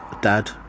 dad